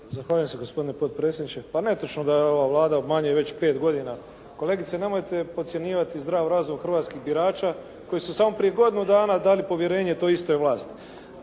Zahvaljujem se gospodine potpredsjedniče. Pa netočno je da ova Vlada obmanjuje već pet godina. Kolegice nemojte podcjenjivati zdrav razum hrvatskih birača koji su samo prije godinu dana dali povjerenje toj istoj vlasti.